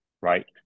right